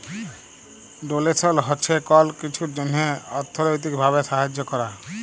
ডোলেসল হছে কল কিছুর জ্যনহে অথ্থলৈতিক ভাবে সাহায্য ক্যরা